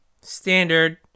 standard